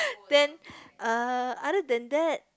then uh other than that